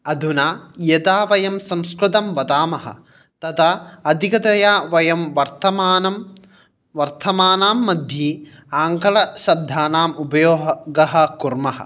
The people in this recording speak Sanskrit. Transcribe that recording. अधुना यदा वयं संस्कृतं वदामः तदा अधिकतया वयं वर्तमानं वर्थमानां मध्ये आङ्गलशब्दानाम् उपयोग गः कुर्मः